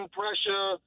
pressure